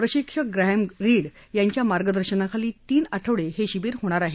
प्रशिक्षक Graham Reid यांच्या मार्गदर्शनाखाली तीन आठवडे हे शिबीर होणार आहे